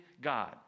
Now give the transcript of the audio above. God